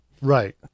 Right